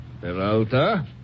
Peralta